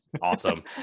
Awesome